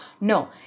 No